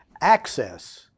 access